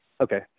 Okay